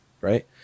Right